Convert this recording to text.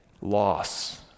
Loss